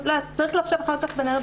צריך לחשוב אחר כך מבחינת הנוסח.